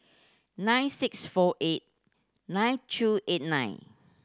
nine six four eight nine two eight nine